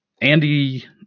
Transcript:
Andy